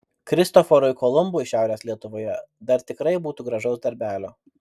kristoforui kolumbui šiaurės lietuvoje dar tikrai būtų gražaus darbelio